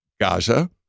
Gaza